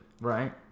Right